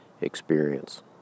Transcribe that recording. experience